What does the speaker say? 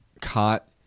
caught